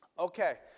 Okay